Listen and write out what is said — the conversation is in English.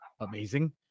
amazing